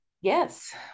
Yes